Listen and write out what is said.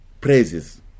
praises